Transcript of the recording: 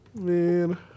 Man